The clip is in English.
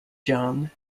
john